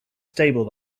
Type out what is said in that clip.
stable